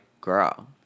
girl